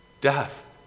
Death